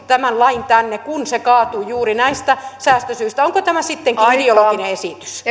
tämän lain tänne kun se kaatuu juuri näistä säästösyistä onko tämä sittenkin ideologinen esitys